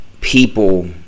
People